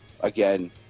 Again